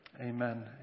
Amen